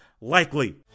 likely